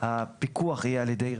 גם הפיקוח יהיה על ידה.